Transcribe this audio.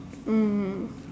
mm